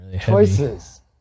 choices